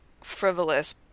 frivolous